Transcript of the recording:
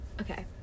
okay